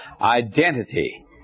identity